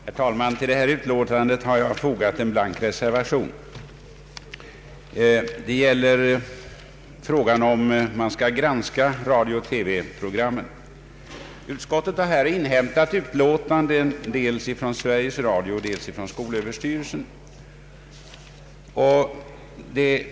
Herr talman! Till detta utlåtande, som gäller granskning av radiooch televisionsprogram för utbildningsändamål, har jag fogat en blank rerservation. Utskottet har inhämtat yttranden dels från Sveriges Radio, dels från skolöverstyrelsen.